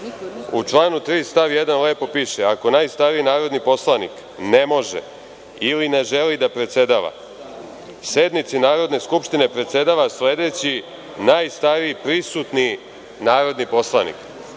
članu 3. stav 1. lepo piše – Ako najstariji narodni poslanik ne može ili ne želi da predsedava, sednici Narodne skupštine predsedava sledeći najstariji, prisutni narodni poslanik. Dakle,